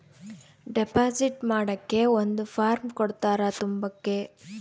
deposit ಮಾಡಕ್ಕೆ ಒಂದ್ form ಕೊಡ್ತಾರ ತುಂಬಕ್ಕೆ